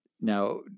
Now